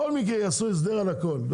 בכל מקרה יעשו הסדר על הכל.